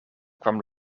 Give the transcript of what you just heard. kwam